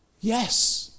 yes